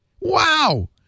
Wow